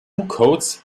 codes